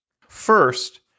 First